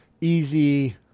easy